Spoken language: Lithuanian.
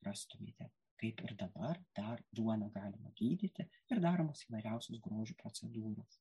rastumėte kaip ir dabar dar duona galima gydyti ir daromos įvairiausius grožio procedūros